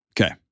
Okay